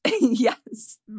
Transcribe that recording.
Yes